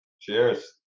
cheers